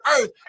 earth